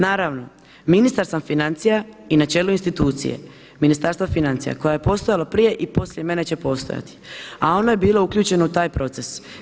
Naravno, ministar sam financija i načelu institucije Ministarstva financija koje je postojalo prije i poslije mene će postojati, a ono je bilo uključeno u taj proces.